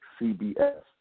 CBS